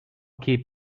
keep